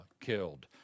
killed